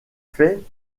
fait